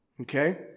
Okay